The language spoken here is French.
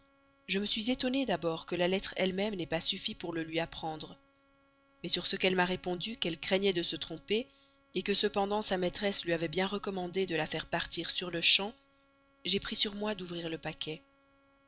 je me suis étonnée d'abord que la lettre elle-même n'ait pas suffi pour le lui apprendre mais sur ce qu'elle m'a répondu qu'elle craignait de se tromper que cependant sa maîtresse lui avait bien recommandé de faire partir cette lettre sur-le-champ j'ai pris sur moi d'ouvrir le paquet